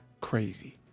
crazy